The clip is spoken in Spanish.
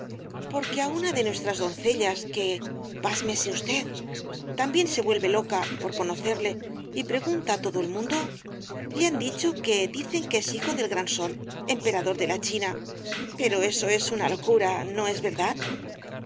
porque á una de nuestras doncellas que pásmese usted también se vuelve loca por conocerle y pregunta á todo el mundo le han dicho que dicen que es hijo del gran sol emperador de la china pero eso es una locura no es verdad